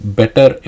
better